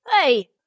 Hey